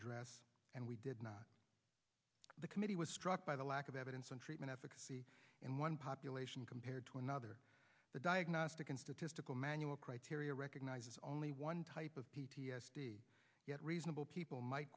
address and we did not the committee was struck by the lack of evidence on treatment efficacy and one population compared to another the diagnostic and statistical manual criteria recognizes only one type of p t s d yet reasonable people might